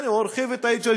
הנה, הוא הרחיב את ההתיישבות.